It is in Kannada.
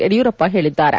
ಯಡಿಯೂರಪ್ಪ ಹೇಳಿದ್ದಾರೆ